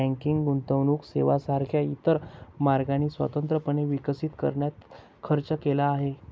banking गुंतवणूक सेवांसारख्या इतर मार्गांनी स्वतंत्रपणे विकसित करण्यात खर्च केला आहे